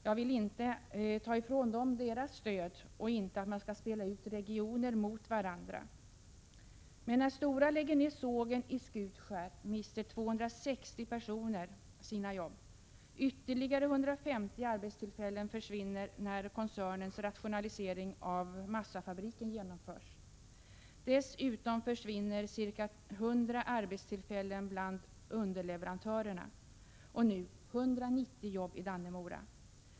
Jag vill inte ta ifrån dessa platser deras stöd, och jag vill inte att man skall spela ut regioner mot varandra. Men när Stora lägger ner sågen i Skutskär, mister 260 personer sina jobb. Ytterligare 150 arbetstillfällen försvinner när koncernens rationalisering av massafabriken genomförs. Dessutom försvinner ca 100 arbetstillfällen bland underleverantörerna och nu 190 jobb i Dannemora.